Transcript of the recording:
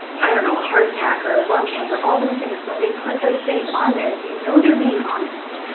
i don't know a heart attack, or lung cancer, all those things. when they put those things on there, you know they're being honest.